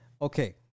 Okay